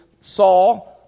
Saul